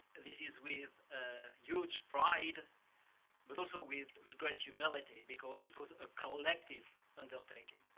this is with ah huge pride but also with great humility because it was a collective undertaking.